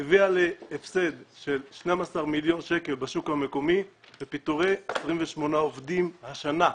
הביאה להפסד של 12 מיליון שקלים בשוק המקומי ולפיטורי 28 עובדים השנה.